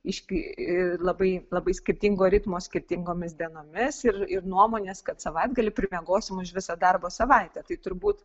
iš labai labai skirtingo ritmo skirtingomis dienomis ir ir nuomonės kad savaitgalį pramiegosim už visą darbo savaitę tai turbūt